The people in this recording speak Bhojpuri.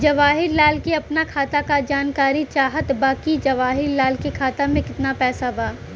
जवाहिर लाल के अपना खाता का जानकारी चाहत बा की जवाहिर लाल के खाता में कितना पैसा बा?